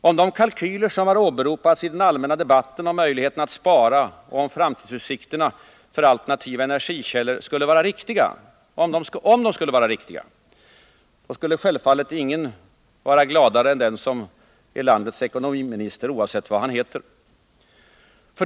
Om de kalkyler som har åberopats i debatten om möjligheterna att spara och om framtidsutsikterna för alternativa energikällor vore riktiga, så skulle självfallet ingen vara gladare än landets ekonomiminister, oavsett vad han heter.